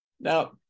Now